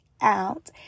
out